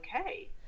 okay